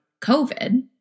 COVID